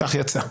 כך יצא.